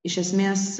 iš esmės